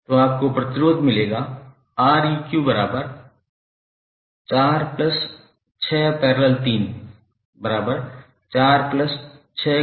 तो आपको प्रतिरोध मिलेगा 𝑅𝑒𝑞46